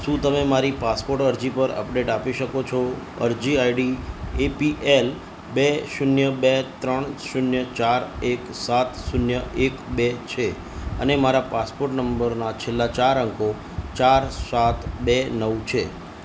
શું તમે મારી પાસપોર્ટ અરજી પર અપડેટ આપી શકો છો અરજી આઈડી એપીએલ બે શૂન્ય બે ત્રણ શૂન્ય ચાર એક સાત શૂન્ય એક બે છે અને મારા પાસપોર્ટ નંબરના છેલ્લા ચાર અંકો ચાર સાત બે નવ છે